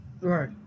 right